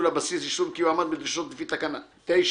הבסיס אישור כי הוא עומד בדרישות לפי תקנה 9(ב)(4)(א)